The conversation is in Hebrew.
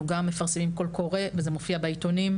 אנחנו גם מפרסמים קול קורא וזה מופיע בעיתונים,